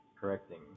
correcting